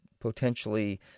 potentially